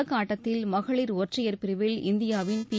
தொடக்க ஆட்டத்தில் மகளிர் ஒற்றையர் பிரிவில் இந்தியாவின் பி